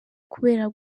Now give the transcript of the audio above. kubera